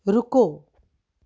ਰੁਕੋ